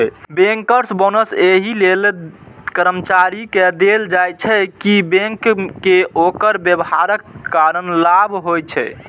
bankers bonus एहि लेल कर्मचारी कें देल जाइ छै, कि बैंक कें ओकर व्यवहारक कारण लाभ होइ छै